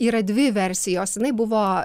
yra dvi versijos jinai buvo